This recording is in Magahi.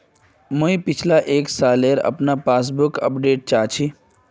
मुई पिछला एक सालेर अपना पासबुक अपडेट चाहची?